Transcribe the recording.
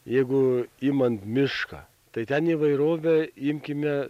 jeigu imant mišką tai ten įvairovė imkime